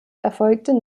erfolgte